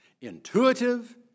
intuitive